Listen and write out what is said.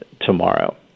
tomorrow